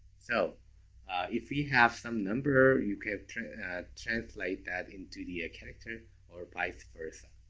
so if you have some number, you can translate that into the character or vice versa.